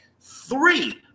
Three